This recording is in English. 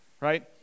right